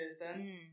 person